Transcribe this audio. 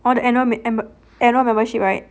orh the annual annual membership right